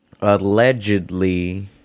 Allegedly